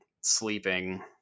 sleeping